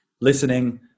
Listening